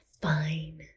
fine